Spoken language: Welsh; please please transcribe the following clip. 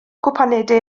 gwpaneidiau